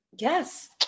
Yes